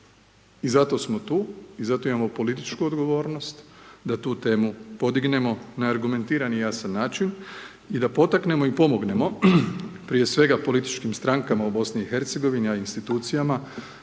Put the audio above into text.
I zato smo tu, i zato imamo političku odgovornost da tu temu podignemo na argumentirani i jasan način i da potaknemo i pomognemo prije svega političkim strankama u BiH, a i institucijama,